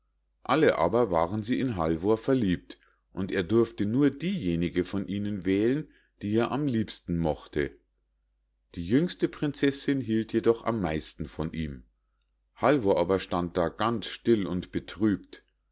alle aber waren sie in halvor verliebt und er durfte nur diejenige von ihnen wählen die er am liebsten mochte die jüngste prinzessinn hielt jedoch am meisten von ihm halvor aber stand da ganz still und betrübt